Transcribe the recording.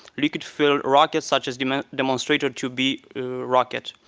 we could field rockets such as you know demonstrated to be rocket.